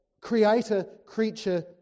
creator-creature